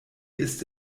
ist